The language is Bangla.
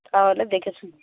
তাহলে